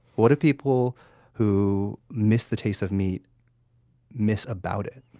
what do people who miss the taste of meat miss about it?